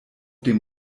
dem